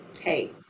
hey